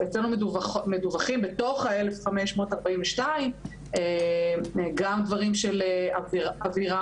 אצלינו מדוחים בתוך ה-1,542 גם דיווחים של אווירה